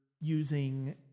using